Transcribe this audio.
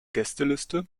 gästeliste